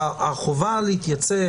החובה להתייצב,